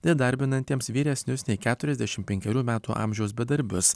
įdarbinantiems vyresnius nei keturiasdešim penkerių metų amžiaus bedarbius